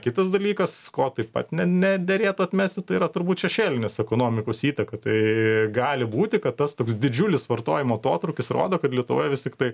kitas dalykas ko taip pat nederėtų atmesti tai yra turbūt šešėlinės ekonomikos įtaka tai gali būti kad tas toks didžiulis vartojimo atotrūkis rodo kad lietuvoje vis tiktai